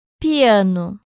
piano